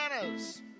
bananas